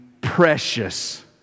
precious